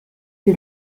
que